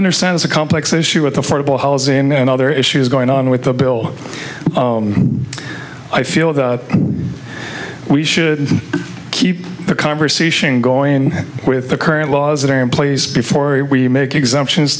understand it's a complex issue with affordable housing and other issues going on with the bill i feel that we should keep the conversation going with the current laws that are in place before we make exemptions